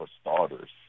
starters